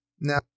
Now